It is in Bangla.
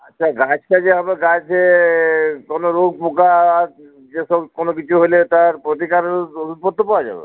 আচ্ছা গাছ ফাচে আবার গাছে কোনো রোগ পোকা যেসব কোনো কিছু হলে তার প্রতিকারের ওষুদপত্র পাওয়া যাবে